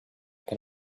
can